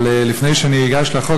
אבל לפני שאני אגש לחוק,